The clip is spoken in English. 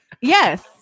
yes